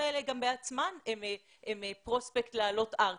האלה גם בעצמן הן פרוספקט לעלות ארצה,